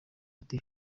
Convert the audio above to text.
ati